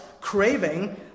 craving